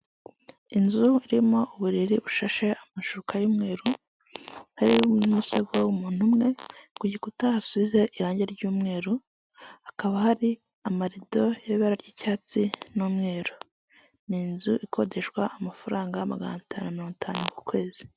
Inzu irimo uburiri bushashe amashuka y'umweru, harimo umusego w'umuntu umwe, ku gikuta hasize irangi ry'umweru hakaba hari amarido y'ibara ry'icyatsi n'umweru. Ni inzu ikodeshwa amafaranga magana atanu na mirongo itanu ku kwezi.